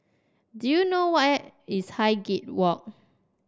do you know where is Highgate Walk